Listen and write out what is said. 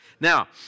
Now